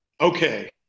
okay